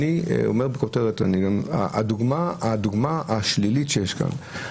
הדוגמה השלילית שיש כאן,